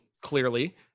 clearly